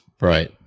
Right